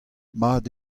mat